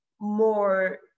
more